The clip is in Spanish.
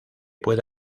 puede